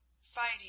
Fighting